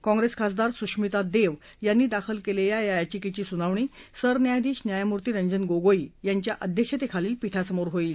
काँप्रेस खासदार सुश्मितादेव यांनी दाखल केलेल्या याचिकेची सुनावणी सरन्यायाधीश न्यायमूर्ती रंजन गोगोई यांच्या अध्यक्षतेखालील पीठासमोर होईल